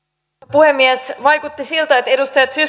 puhemies vaikutti siltä että edustaja